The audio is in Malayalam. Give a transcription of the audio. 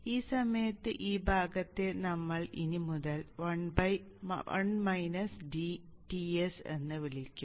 ഈ സമയത്തിന്റെ ഈ ഭാഗത്തെ നമ്മൾ ഇനി മുതൽ Ts എന്ന് വിളിക്കും